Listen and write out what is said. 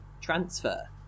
transfer